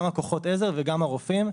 גם כוחות העזר וגם הרופאים.